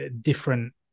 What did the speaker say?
different